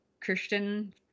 Christian